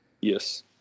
Yes